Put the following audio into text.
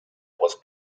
was